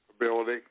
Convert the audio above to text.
ability